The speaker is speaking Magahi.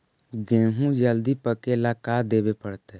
गेहूं जल्दी पके ल का देबे पड़तै?